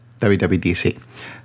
WWDC